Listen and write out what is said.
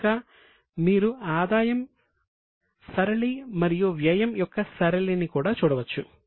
ఇంకా మీరు ఆదాయ సరళి మరియు వ్యయం యొక్క సరళిని కూడా చూడవచ్చు